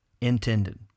intended